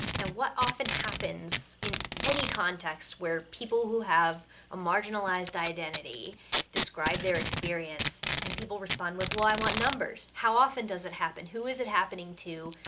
and what often happens in any context where people who have a marginalized identity describe their experience, and people respond with well i want numbers, how often does it happen, who is it happening to,